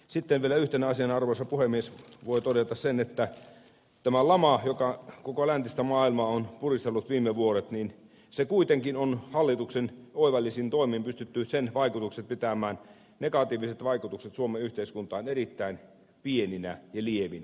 sitten vielä yhtenä asiana arvoisa puhemies voi todeta sen että tämän laman joka koko läntistä maailmaa on puristellut viime vuodet negatiiviset vaikutukset suomen yhteiskuntaan on kuitenkin hallituksen oivallisin toimin pystytty sen vaikutukset pitämä negatiiviset vaikutukset suomen pitämään erittäin pieninä ja lievinä